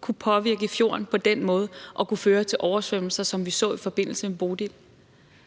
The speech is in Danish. kunne påvirke fjorden på den måde og kunne føre til oversvømmelser, som vi så i forbindelse med Bodil.